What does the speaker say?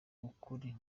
ukuri